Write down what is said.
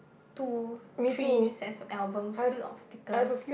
two three sets of albums filled up of stickers